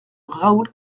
raoul